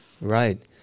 right